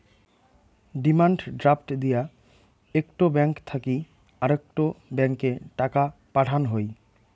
demand draft দিয়া একটো bank থাকি আরেকটো ব্যাংকে টাকা পাঠান হই